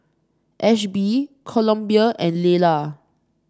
Ashby Columbia and Laylah